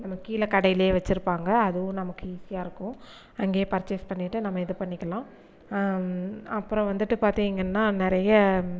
அங்கே கீழே கடைலேயே வைச்சுருப்பாங்க அதுவும் நமக்கு ஈஸியாருக்குது அங்கேயே பர்ச்சேஸ் பண்ணிகிட்டு நம்ம இது பண்ணிக்கலாம் அப்புறம் வந்துட்டு பார்த்திங்கனா நிறையா